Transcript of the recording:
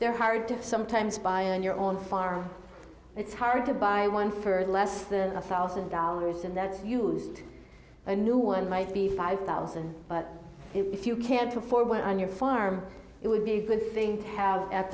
they're hard to sometimes buy on your own farm it's hard to buy one for less than a thousand dollars and that used a new one might be five thousand but if you can't afford one on your farm it would be a good thing have